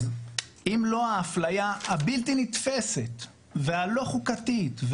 אז אם לא האפליה הבלתי נתפסת והלא חוקתית,